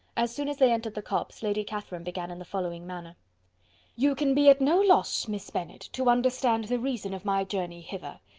as soon as they entered the copse, lady catherine began in the following manner you can be at no loss, miss bennet, to understand the reason of my journey hither.